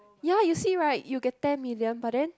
ya you see right you get ten million but then